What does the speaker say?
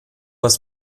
hast